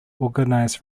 organize